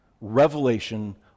revelation